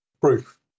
proof